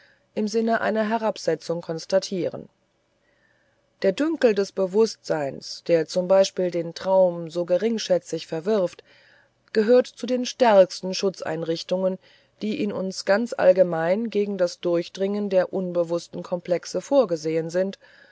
im sinne einer herabsetzung konstatieren der dünkel des bewußtseins der z b den traum so geringschätzig verwirft gehört zu den stärksten schutzeinrichtungen die in uns ganz allgemein gegen das durchdringen der unbewußten komplexe vorgesehen sind